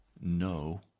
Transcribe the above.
no